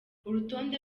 urutonde